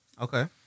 Okay